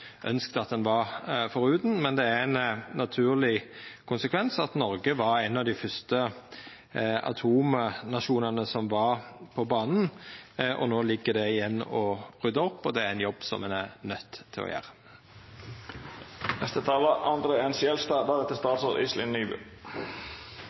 at ein var forutan, men det er ein naturleg konsekvens av at Noreg var ein av dei fyrste atomnasjonane som var på banen. No ligg det igjen å rydda opp, og det er ein jobb som ein er nøydd til å